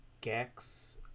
Gex